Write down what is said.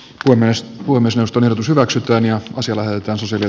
guinness puimisesta pysyväksi työni on sellainen sisäinen